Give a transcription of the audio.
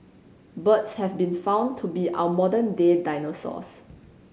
birds have been found to be our modern day dinosaurs